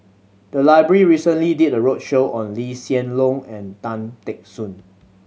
the library recently did a roadshow on Lee Hsien Loong and Tan Teck Soon